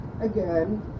again